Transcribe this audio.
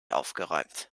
aufgeräumt